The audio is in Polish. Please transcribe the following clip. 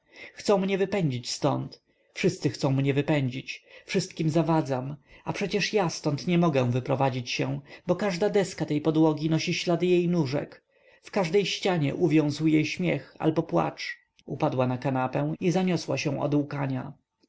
chcą mnie wypędzić ztąd wszyscy chcą mnie wypędzić wszystkim zawadzam a przecież ja ztąd nie mogę wyprowadzić się bo każda deska tej podłogi nosi ślady jej nóżek w każdej ścianie uwiązł jej śmiech albo płacz upadła na kanapę i zaniosła się od łkania